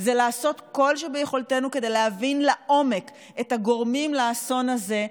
זה לעשות כל שביכולתנו כדי להבין לעומק את הגורמים לאסון הזה,